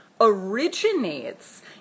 originates